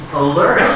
alert